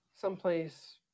someplace